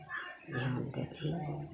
ध्यान देथिन